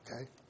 okay